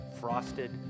frosted